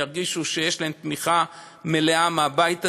ירגישו שיש להם תמיכה מלאה מהבית הזה,